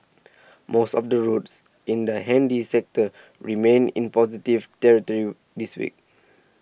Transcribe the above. most of the routes in the handy sector remained in positive territory this week